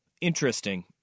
Interesting